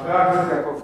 חבר הכנסת יעקב כץ.